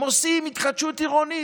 הם עושים התחדשות עירונית.